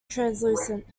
translucent